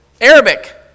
Arabic